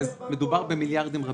מדובר במיליארדים רבים.